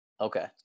Okay